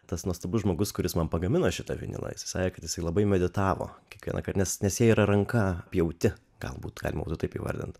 tas nuostabus žmogus kuris man pagamino šitą vinilą jisai sakė kad jisai labai meditavo kiekvienąkart nes nes jie yra ranka pjauti galbūt galima būtų taip įvardint